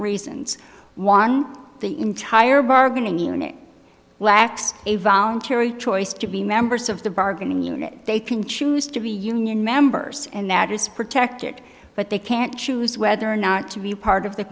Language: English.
reasons one the entire bargaining unit lacks a voluntary choice to be members of the bargaining unit they can choose to be union members and that is protected but they can't choose whether or not to be part of the